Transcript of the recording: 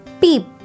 peep